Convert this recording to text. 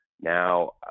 now